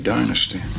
Dynasty